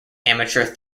amateur